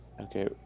Okay